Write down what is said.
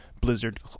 Blizzard